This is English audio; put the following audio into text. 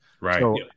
Right